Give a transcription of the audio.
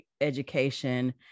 Education